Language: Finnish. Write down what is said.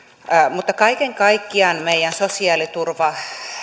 mutta kaiken kaikkiaan meidän sosiaaliturva